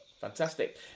Fantastic